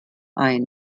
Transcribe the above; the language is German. ein